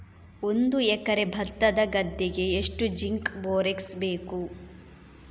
ಒಂದು ಎಕರೆ ಭತ್ತದ ಗದ್ದೆಗೆ ಎಷ್ಟು ಜಿಂಕ್ ಬೋರೆಕ್ಸ್ ಬೇಕು?